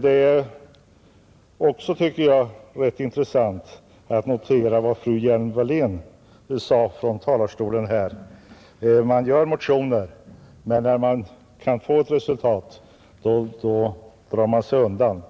Det är också, tycker jag, rätt intressant att notera vad fru Hjelm Wallén sade från talarstolen här. Man motionerar, men när man kan få ett resultat, då drar man sig undan,